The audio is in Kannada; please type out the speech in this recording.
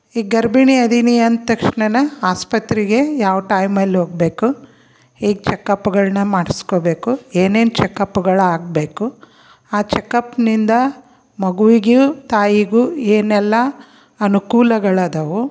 ಈ ಗರ್ಭಿಣಿ ಇದೀನಿ ಅಂದ ತಕ್ಷ್ಣನೆ ಆಸ್ಪತ್ರೆಗೆ ಯಾವ ಟೈಮಲ್ಲಿ ಹೋಗಬೇಕು ಹೇಗೆ ಚೆಕಪ್ಗಳನ್ನ ಮಾಡಿಸ್ಕೋಬೇಕು ಏನೇನು ಚೆಕಪ್ಗಳು ಆಗಬೇಕು ಆ ಚೆಕಪ್ನಿಂದ ಮಗುವಿಗೂ ತಾಯಿಗೂ ಏನೆಲ್ಲ ಅನುಕೂಲಗಳು ಇದಾವೆ